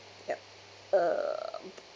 ya uh